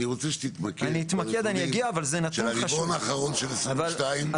אני רוצה שתתמקד בנתונים של הרבעון האחרון של 2022,